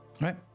Right